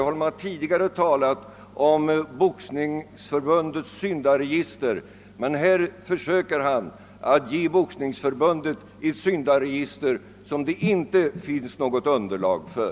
Han har tidigare talat om Boxningsförbundets syndaregister, men nu försöker han att ge Boxningsförbundet ett syndaregister som det inte finns något underlag för.